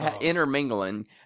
intermingling